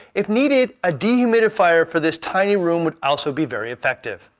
if needed, a dehumidifier for this tiny room would also be very effective.